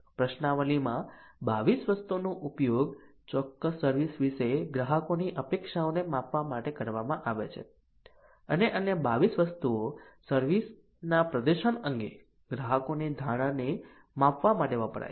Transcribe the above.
પ્રશ્નાવલીમાં 22 વસ્તુઓનો ઉપયોગ ચોક્કસ સર્વિસ વિશે ગ્રાહકોની અપેક્ષાઓને માપવા માટે કરવામાં આવે છે અને અન્ય 22 વસ્તુઓ સર્વિસ ના પ્રદર્શન અંગે ગ્રાહકોની ધારણાને માપવા માટે વપરાય છે